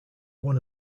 one